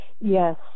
yes